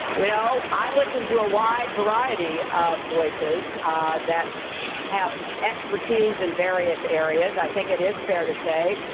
you know, i listen to a wide variety of voices that have expertise in various areas. i think it is fair to say,